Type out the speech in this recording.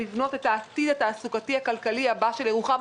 לבנות את העתיד התעסוקתי הכלכלי הבא של ירוחם,